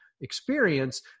experience